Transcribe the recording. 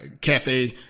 cafe